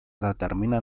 determinen